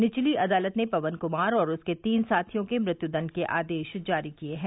निचली अदालत ने पवन कुमार और उसके तीन साथियों के मृत्युदंड के आदेश जारी किए हैं